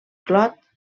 clot